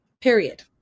period